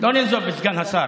לא לנזוף בסגן השר.